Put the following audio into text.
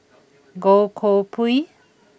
Goh Koh Pui